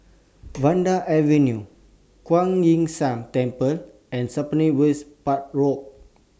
Vanda Avenue Kuan Yin San Temple and Spottiswoode Park Road